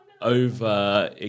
over